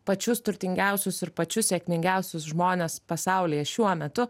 pačius turtingiausius ir pačius sėkmingiausius žmones pasaulyje šiuo metu